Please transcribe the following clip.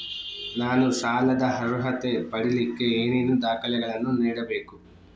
ನಾನು ಸಾಲದ ಅರ್ಹತೆ ಪಡಿಲಿಕ್ಕೆ ಏನೇನು ದಾಖಲೆಗಳನ್ನ ನೇಡಬೇಕು?